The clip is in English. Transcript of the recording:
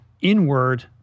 inward